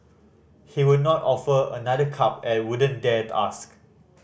he would not offer another cup and wouldn't dare ask